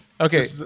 Okay